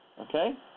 okay